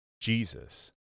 Jesus